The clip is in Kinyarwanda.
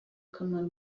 akamaro